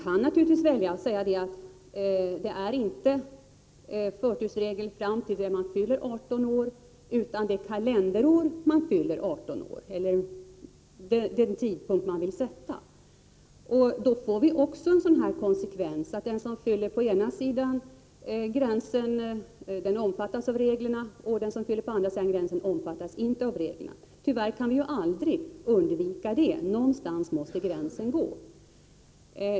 Det är naturligtvis möjligt att bestämma att förtursregeln inte skall gälla fram till den tidpunkt då eleven fyller 18 år utan till det kalenderår då eleven fyller 18 år. Gränsen kan också sättas vid någon annan tidpunkt. Konsekvensen blir att den som fyller 18 år på ena sidan om gränsen omfattas av reglerna medan den som fyller på den andra sidan av gränsen inte omfattas. Tyvärr kan vi aldrig undvika detta, för någonstans måste gränsen gå.